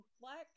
black